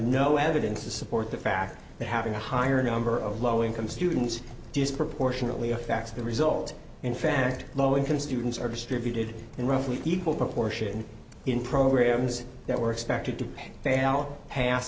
no evidence to support the fact that having a higher number of low income students disproportionately affects the result in fact low income students are distributed in roughly equal proportion in programs that were expected to fail ha